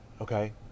okay